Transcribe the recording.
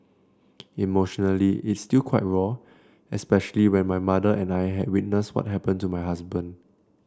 emotionally it's still quite raw especially when my mother and I had witness what happen to my husband